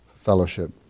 Fellowship